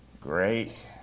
Great